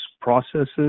processes